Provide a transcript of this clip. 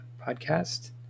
podcast